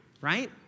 right